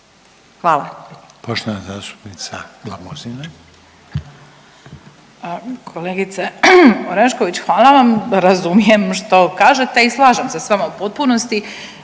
Katica (Socijaldemokrati)** Kolegice Orešković, hvala vam. Razumijem što kažete i slažem se s vama u potpunosti.